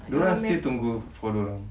diorang still tunggu for diorang